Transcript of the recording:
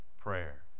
prayer